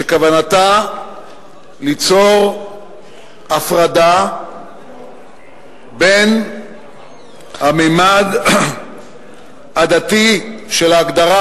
שכוונתה ליצור הפרדה בין הממד הדתי של ההגדרה